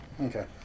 Okay